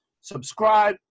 Subscribe